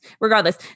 regardless